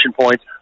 points